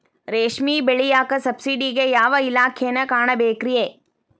ರೇಷ್ಮಿ ಬೆಳಿಯಾಕ ಸಬ್ಸಿಡಿಗೆ ಯಾವ ಇಲಾಖೆನ ಕಾಣಬೇಕ್ರೇ?